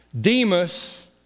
Demas